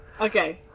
Okay